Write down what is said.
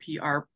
PR